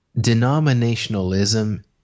denominationalism